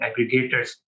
aggregators